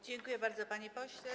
Dziękuję bardzo, panie pośle.